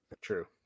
true